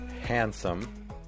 Handsome